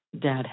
dad